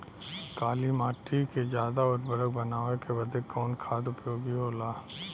काली माटी के ज्यादा उर्वरक बनावे के बदे कवन खाद उपयोगी होला?